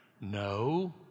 No